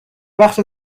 بخش